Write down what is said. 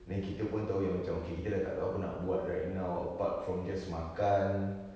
then kita pun tahu yang macam okay kita sudah tak tahu apa nak buat right now apart from just makan